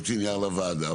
להוציא נייר לוועדה.